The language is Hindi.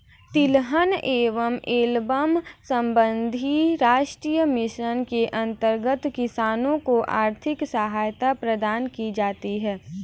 तिलहन एवं एल्बम संबंधी राष्ट्रीय मिशन के अंतर्गत किसानों को आर्थिक सहायता प्रदान की जाती है